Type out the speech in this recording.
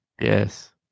Yes